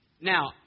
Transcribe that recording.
Now